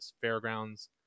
fairgrounds